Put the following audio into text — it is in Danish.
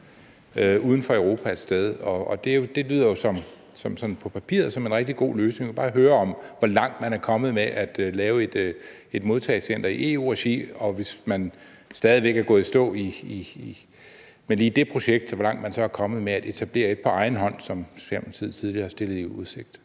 uden for Europa. Og det lyder jo på papiret som en rigtig god løsning. Jeg vil bare høre, hvor langt man er kommet med at lave et modtagecenter i EU-regi, og hvis man stadig væk er gået i stå med lige det projekt, vil jeg høre, hvor langt man så er kommet med at etablere et på egen hånd, som Socialdemokratiet tidligere har stillet i udsigt.